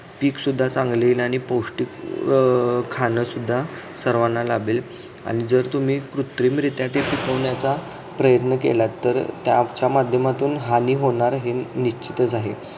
पीकसुद्धा चांगलं येईल आणि पौष्टिक खाणंसुद्धा सर्वांना लाभेल आणि जर तुम्ही कृत्रिमरित्या ते पिकवण्याचा प्रयत्न केला तर त्याच्या माध्यमातून हानी होणार हे निश्चितच आहे